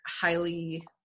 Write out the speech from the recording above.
highly